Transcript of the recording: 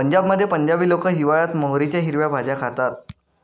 पंजाबमध्ये पंजाबी लोक हिवाळयात मोहरीच्या हिरव्या भाज्या खातात